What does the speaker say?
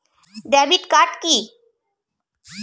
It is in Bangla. Debit card key?